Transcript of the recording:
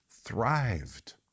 thrived